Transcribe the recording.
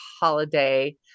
holiday